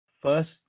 First